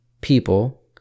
people